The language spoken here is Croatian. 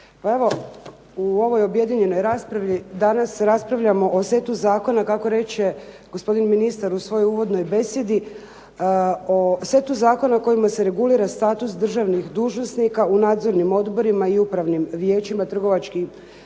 evo u ovoj objedinjenoj raspravi danas raspravljamo o setu zakona, kako reče gospodin ministar u svojoj uvodnoj besjedi o setu zakona kojima se regulira status državnih dužnosnika u nadzornim odborima i upravnim vijećima trgovačkih